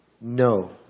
no